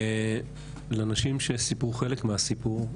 לנשים שסיפרו חלק מהסיפור,